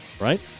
right